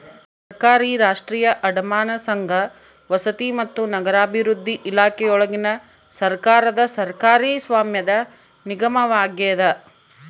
ಸರ್ಕಾರಿ ರಾಷ್ಟ್ರೀಯ ಅಡಮಾನ ಸಂಘ ವಸತಿ ಮತ್ತು ನಗರಾಭಿವೃದ್ಧಿ ಇಲಾಖೆಯೊಳಗಿನ ಸರ್ಕಾರದ ಸರ್ಕಾರಿ ಸ್ವಾಮ್ಯದ ನಿಗಮವಾಗ್ಯದ